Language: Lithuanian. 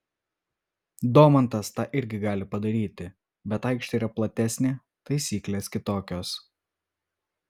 domantas tą irgi gali padaryti bet aikštė yra platesnė taisyklės kitokios